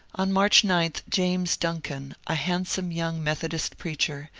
on march nine james duncan, a handsome young methodist preacher,